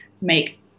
make